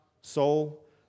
soul